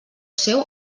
seu